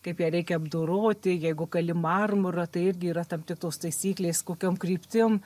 kaip ją reikia apdoroti jeigu kali marmurą tai irgi yra tam tikros taisyklės kokiom kryptim